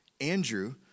Andrew